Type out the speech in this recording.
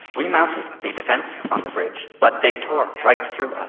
we mounted a defense on the bridge but they tore right through us.